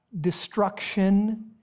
destruction